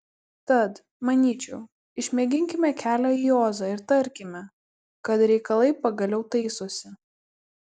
tad manyčiau išmėginkime kelią į ozą ir tarkime kad reikalai pagaliau taisosi